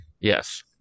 Yes